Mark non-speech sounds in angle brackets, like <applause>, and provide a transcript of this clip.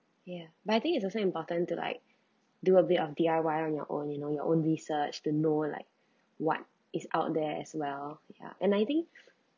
ya but I think it's also important to like <breath> do a bit of D_I_Y on your own you know your own research to know like <breath> what is out there as well yeah and I think <breath>